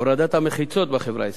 הורדת המחיצות בחברה הישראלית,